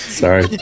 sorry